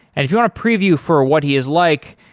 and if you want a preview for what he is like,